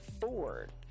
Ford